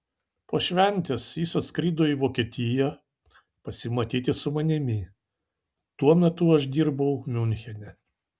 po šventės jis atskrido į vokietiją pasimatyti su manimi tuo metu aš dirbau miunchene